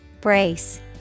Brace